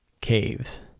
caves